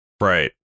Right